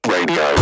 Radio